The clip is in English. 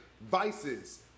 Vices